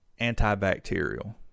antibacterial